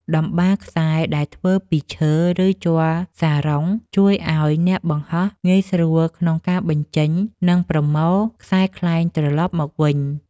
តម្បារខ្សែដែលធ្វើពីឈើ ឬជ័រសារ៉ុង ជួយឱ្យអ្នកបង្ហោះងាយស្រួលក្នុងការបញ្ចេញ និងប្រមូលខ្សែខ្លែងត្រលប់មកវិញ។